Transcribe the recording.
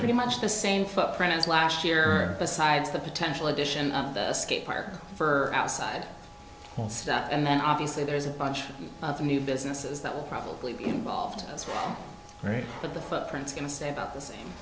pretty much the same footprint as last year besides the potential addition of the skate park for outside stuff and then obviously there's a bunch of new businesses that will probably be involved as well right but the footprints going to say about the same